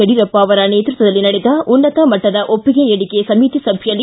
ಯಡಿಯೂರಪ್ಪ ಅವರ ನೇತೃತ್ವದಲ್ಲಿ ನಡೆದ ಉನ್ನತ ಮಟ್ಟದ ಒಪ್ಪಿಗೆ ನೀಡಿಕೆ ಸಮಿತಿ ಸಭೆಯಲ್ಲಿ